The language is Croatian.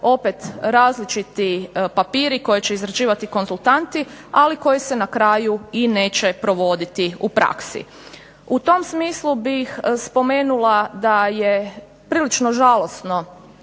opet različiti papiri koje će izrađivati konzultanti. Ali koji se na kraju i neće provoditi u praksi. U tom smislu bih spomenula da je prilično žalosno